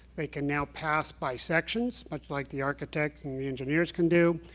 they can now pass by sections, much like the architects and the engineers can do.